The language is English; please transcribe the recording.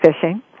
fishing